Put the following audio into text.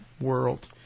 world